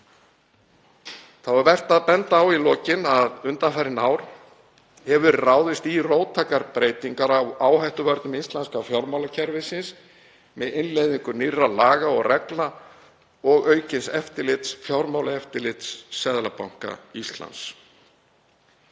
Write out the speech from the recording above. Þá er vert að benda á í lokin að undanfarin ár hefur verið ráðist í róttækar breytingar á áhættuvörnum íslenska fjármálakerfisins með innleiðingu nýrra laga og reglna og aukins eftirlits fjármálaeftirlits Seðlabanka Íslands.